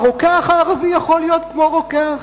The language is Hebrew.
הרוקח הערבי יכול להיות כמו רוקח,